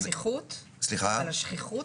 על השכיחות?